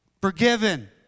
forgiven